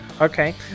Okay